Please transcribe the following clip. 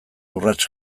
urrats